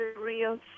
real